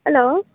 hello